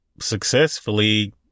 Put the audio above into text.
successfully